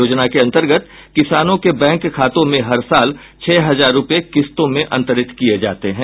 योजना के अंतर्गत किसानों के बैंक खातों में हर साल छह हजार रुपये किस्तों में अंतरित किए जाते हैं